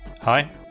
Hi